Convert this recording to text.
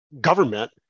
government